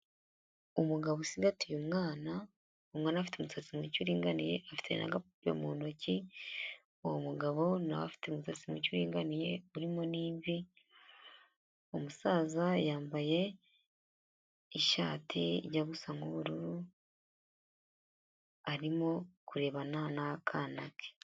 Umugabo ucigatiye umwana; umwana afite umusatsi muke uringaniye yifiteye n' agapupe mu ntoki, uwo mugabo na we afite umusatsi muke uringaniye urimo n'imivi, umusaza yambaye ishati ijya gusa nk'ubururu arimo kurebana n'akana ke.